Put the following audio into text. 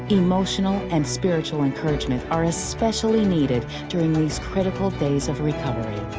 emotional and spiritual encouragement are especially needed during these critical days of recovery.